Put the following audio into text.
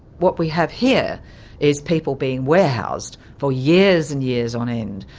what we have here is people being warehoused, for years and years on end,